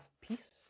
peace